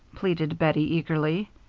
pleaded bettie, eagerly,